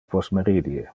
postmeridie